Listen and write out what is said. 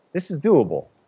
this is doable.